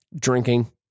Drinking